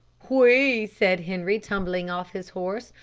oui, said henri, tumbling off his horse,